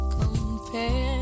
compare